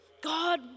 God